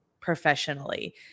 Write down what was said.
professionally